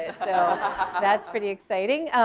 ah so that's pretty exciting,